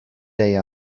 day